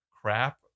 crap